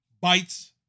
bites